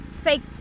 fake